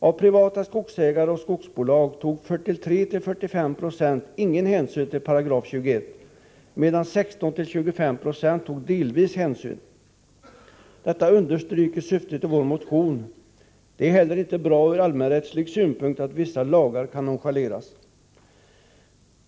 Av privata skogsägare och skogsbolag tog 43-45 Ice ingen hänsyn till 21 §, medan 16-25 26 delvis tog hänsyn. Detta understryker syftet i vår motion. Det är heller inte bra ur allmänrättslig synpunkt att vissa lagar kan nonchaleras.